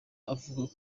avuga